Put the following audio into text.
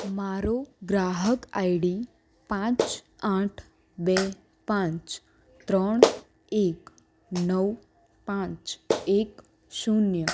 મારો ગ્રાહક આઇડી પાંચ આઠ બે પાંચ ત્રણ એક નવ પાંચ એક શૂન્ય